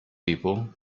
people